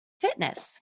fitness